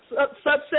subset